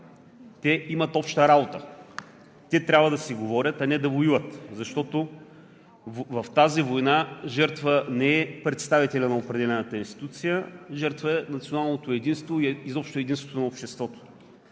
те имат обща работа. Те трябва да си говорят, а не да воюват, защото в тази война жертва не е представителят на определената институция, жертва е националното единство и изобщо единството на обществото.